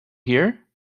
here